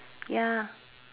ya